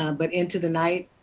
um but into the night,